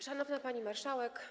Szanowna Pani Marszałek!